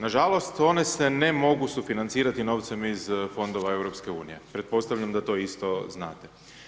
Nažalost, one se ne mogu sufinancirati novcem iz Fondova EU, pretpostavljam da to isto znate.